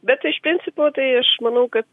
bet iš principo tai aš manau kad